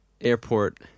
airport